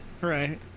right